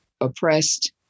oppressed